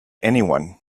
anyone